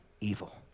evil